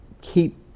keep